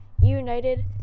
United